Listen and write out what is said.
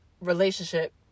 relationship